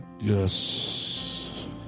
Yes